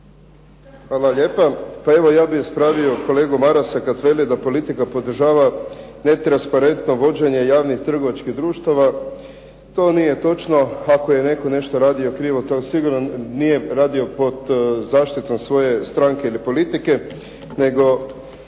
Hvala lijepa. Pa evo ja bih ispravio kolegu Marasa kad veli da politika podržava netransparentno vođenje javnih, trgovačkih društava. To nije točno. Ako je netko nešto radio krivo to sigurno nije radio pod zaštitom svoje stranke ili politike, nego